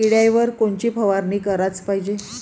किड्याइवर कोनची फवारनी कराच पायजे?